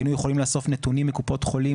היינו יכולים לאסוף נתונים מקופות חולים